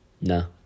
No